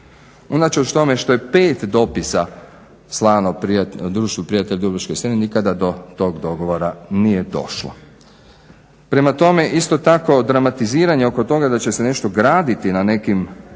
Unatoč tome što je 5 dopisa slano Društvu prijatelja dubrovačkih starina nikada do tog dogovora nije došlo. Prema tome, isto tako dramatiziranje oko toga da će se nešto graditi na nekim